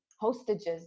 hostages